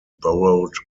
borrowed